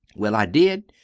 well, i did.